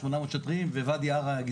יו"ר ועדת ביטחון פנים: הייתי אני חייבת.